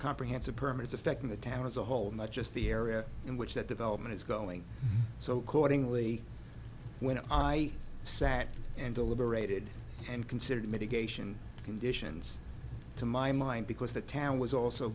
comprehensive permits affecting the town as a whole not just the area in which that development is going so cordingley when i sat and deliberated and considered mitigation conditions to my mind because the town was also